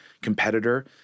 competitor